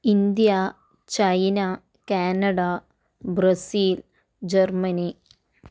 India China Canada Brazil Germany